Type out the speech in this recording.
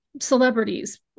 celebrities